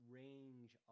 range